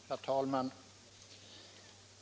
Herr talman!